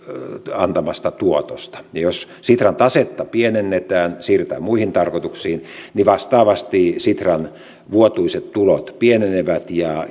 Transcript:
antamasta tuotosta jos sitran tasetta pienennetään siirretään muihin tarkoituksiin niin vastaavasti sitran vuotuiset tulot pienenevät ja